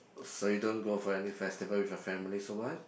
so you don't go for any festival with your family so what